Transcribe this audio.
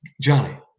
Johnny